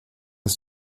ist